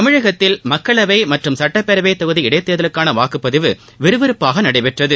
தமிழகத்தில் மக்களவை மற்றும் சட்டப்பேரவைத் தொகுதி இடைத்தோ்தலுக்கான வாக்குப்பதிவு விறுவிறுப்பாக நடைபெற்றது